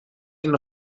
den